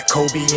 Kobe